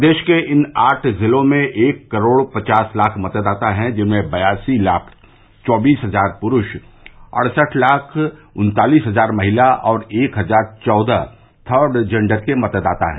प्रदेश के इन आठ जिलों में एक करोड़ पचास लाख मतदाता हैं जिनमें बयासी लाख चौबीस हजार पुरूष अड़सठ लाख उन्तालीस हजार महिला और एक हजार चौदह थर्ड जेंडर के मतदाता हैं